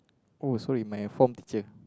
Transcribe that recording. oh sorry my form teacher